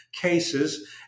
cases